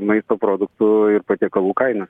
maisto produktų ir patiekalų kainą